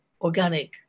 organic